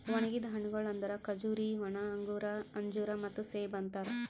ಒಣುಗಿದ್ ಹಣ್ಣಗೊಳ್ ಅಂದುರ್ ಖಜೂರಿ, ಒಣ ಅಂಗೂರ, ಅಂಜೂರ ಮತ್ತ ಸೇಬು ಅಂತಾರ್